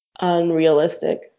unrealistic